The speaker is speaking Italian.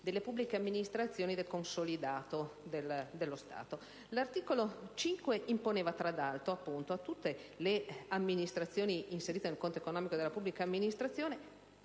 delle pubbliche amministrazioni e del consolidato dello Stato. L'articolo 5, tra l'altro, imponeva a tutte le amministrazioni inserite nel conto economico della pubblica amministrazione